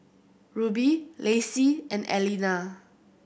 Ruby Lacie and Aleena